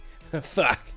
fuck